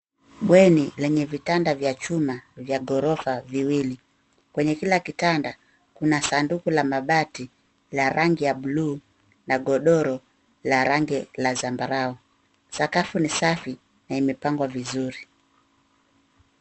Bweni lenye vitanda vya chuma vya ghorofa viwili. Kwenye kila kitanda kuna sanduku la mabati la rangi ya buluu na godoro la rangi la zambarau. Sakafu ni safi na imepangwa vizuri.